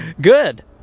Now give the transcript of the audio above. good